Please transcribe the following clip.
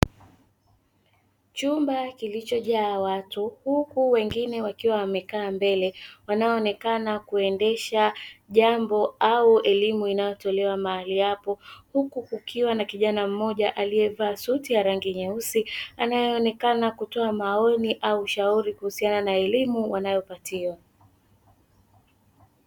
Chumba kilichojaa watu huku wengine wakiwa wamekaa mbele wanaoonekana kuendesha jambo au elimu inayotolewa mahali hapo, huku kukiwa na kijana mmoja aliyevaa suti ya rangi nyeusi anayeonekana kutoa maoni au ushauri kuhusiana na elimu wanayopatiwa.